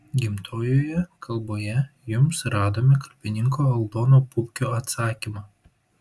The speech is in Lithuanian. gimtojoje kalboje jums radome kalbininko aldono pupkio atsakymą